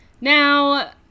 Now